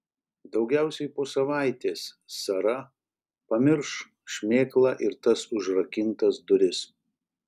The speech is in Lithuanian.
daugiausiai po savaitės sara pamirš šmėklą ir tas užrakintas duris